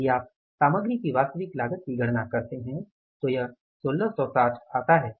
यदि आप सामग्री की वास्तविक लागत की गणना करते हैं तो यह 1660 आता है